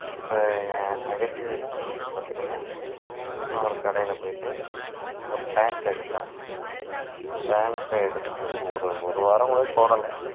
இப்போ என் நெகட்டிவ் எக்ஸ்பீரியன்ஸை பார்த்திங்கன்னா நான் ஒரு கடையில் போய்விட்டு ஒரு பேன்ட் எடுத்தேன் பேன்ட் எடுத்து ஒரு ஒரு வாரம் கூட போடலை